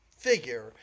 Figure